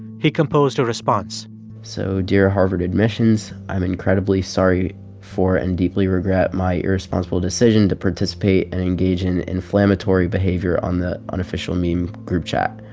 he composed a response so dear harvard admissions, i'm incredibly sorry for and deeply regret my irresponsible decision to participate and engage in inflammatory behavior on the unofficial meme group chat.